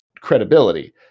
credibility